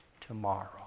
tomorrow